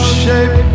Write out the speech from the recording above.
shape